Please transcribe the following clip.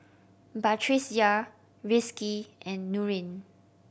Batrisya Rizqi and Nurin